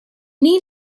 need